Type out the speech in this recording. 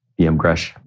BMGresh